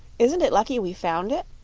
isn't it lucky we found it?